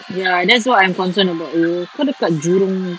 ya that's what I'm concerned about kau dekat jurong